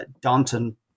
Danton